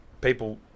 people